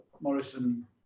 Morrison